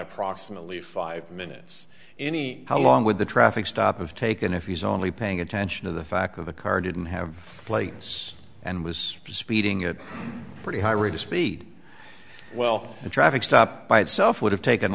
approximately five minutes any how long would the traffic stop of taken if he's only paying attention to the fact of the car didn't have plates and was speeding at pretty high rate of speed well the traffic stop by itself would have taken